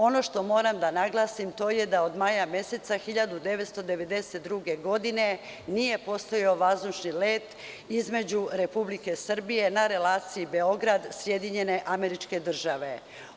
Ono što moram da naglasim, to je da od maja meseca 1992. godine nije postojao vazdušni let između Republike Srbije na relaciji Beograd-Sjedinjene Američke Države.